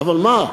אבל מה,